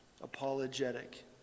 apologetic